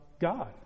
God